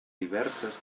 diverses